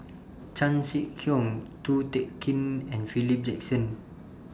Chan Sek Keong Ko Teck Kin and Philip Jackson